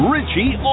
Richie